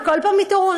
וכל פעם מתעוררים.